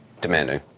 Demanding